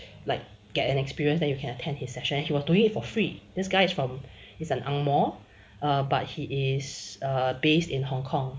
like get an experience then you can attend his session and he was doing it for free this guy is from he's an ang moh ah but he is based in hong kong